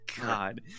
God